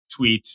tweets